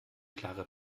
klare